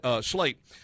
slate